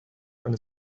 and